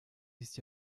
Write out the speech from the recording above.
ist